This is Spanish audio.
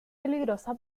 peligrosa